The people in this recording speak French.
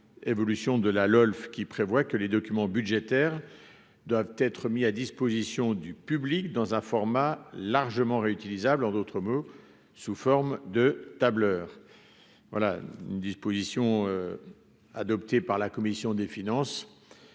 évolutions de la LOLF, qui prévoit que les documents budgétaires doivent être mis à disposition du public dans un format largement réutilisables, en d'autres mots, sous forme de tableur voilà une disposition adoptée par la commission des finances